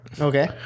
okay